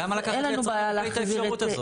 למה לקחת ליצרן אירופי את האפשרות הזאת?